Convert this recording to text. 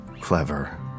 clever